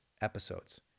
episodes